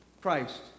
Christ